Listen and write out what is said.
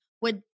would-